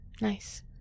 Nice